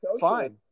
fine